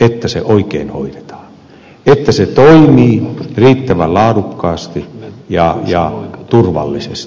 että se oikein hoidetaan että se toimii riittävän laadukkaasti ja turvallisesti